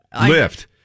Lift